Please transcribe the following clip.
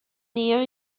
near